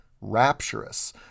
rapturous